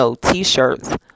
t-shirts